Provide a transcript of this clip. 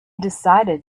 decided